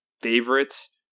favorites